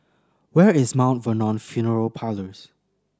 where is Mountain Vernon Funeral Parlours